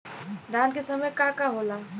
धान के समय का का होला?